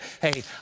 hey